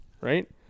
right